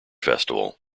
festival